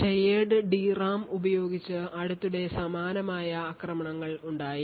Shared DRAM ഉപയോഗിച്ച് അടുത്തിടെ സമാനമായ ആക്രമണങ്ങൾ ഉണ്ടായി